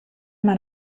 man